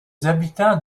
habitants